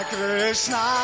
Krishna